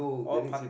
all part